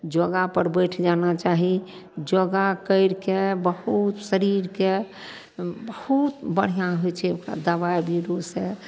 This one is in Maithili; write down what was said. योगापर बैठ जाना चाही योगा करिके बहुत शरीरके बहुत बढ़िआँ होइ छै ओकरा दबाइ बीरोसँ